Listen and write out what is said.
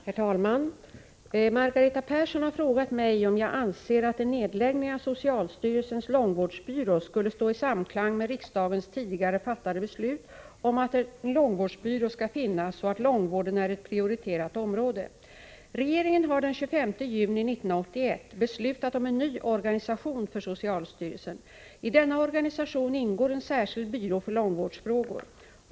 Herr talman! Margareta Persson har frågat mig om jag anser att en nedläggning av socialstyrelsens långvårdsbyrå skulle stå i samklang med riksdagens tidigare fattade beslut om att en långvårdsbyrå skall finnas och att långvården är ett prioriterat område. Regeringen har den 25 juni 1981 beslutat om en ny organisation för socialstyrelsen. I denna organisation ingår en särskild byrå för långvårdsfrågor.